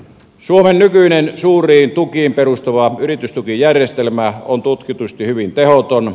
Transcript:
suomen nykyinen suuriin tukiin perustuva yritystukijärjestelmä on tutkitusti hyvin tehoton